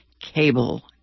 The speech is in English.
cable